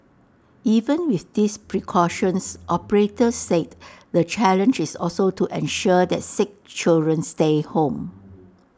even with these precautions operators said the challenge is also to ensure that sick children stay home